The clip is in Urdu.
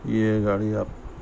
یہ گاڑی آپ